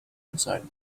inside